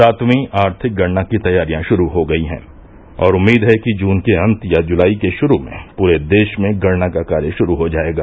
सातवीं आर्थिक गणना की तैयारियां शुरू हो गई हैं और उम्मीद है कि जून के अंत या जूलाई के शुरू में पूरे देश में गणना का कार्य शुरू हो जाएगा